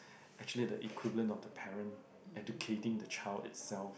actually the equivalent of the parent educating the child itself